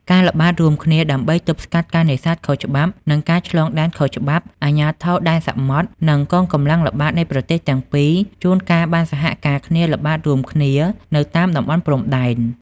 ការល្បាតរួមគ្នាដើម្បីទប់ស្កាត់ការនេសាទខុសច្បាប់ និងការឆ្លងដែនខុសច្បាប់ អាជ្ញាធរដែនសមុទ្រ និងកងកម្លាំងល្បាតនៃប្រទេសទាំងពីរជួនកាលបានសហការគ្នាល្បាតរួមគ្នានៅតាមតំបន់ព្រំដែន។